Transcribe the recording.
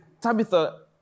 Tabitha